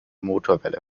motorwelle